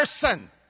person